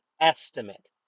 estimate